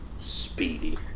Speedy